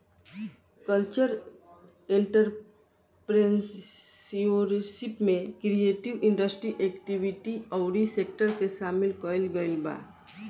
cultural entrepreneurship में creative industry activity अउरी sector के सामिल कईल गईल बा